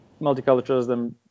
multiculturalism